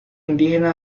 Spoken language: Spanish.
indígenas